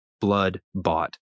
blood-bought